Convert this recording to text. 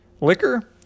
Liquor